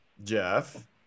Jeff